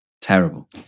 Terrible